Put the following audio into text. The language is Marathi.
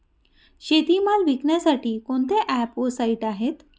शेतीमाल विकण्यासाठी कोणते ॲप व साईट आहेत?